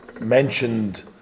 mentioned